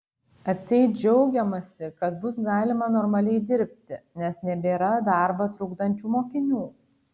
atseit džiaugiamasi kad bus galima normaliai dirbti nes nebėra darbą trukdančių mokinių